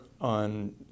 on